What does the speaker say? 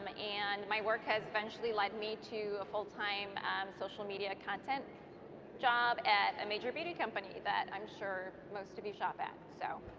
and my work has eventually led me to a full-time social media content job at a major beauty company that i'm sure most of you shop at so.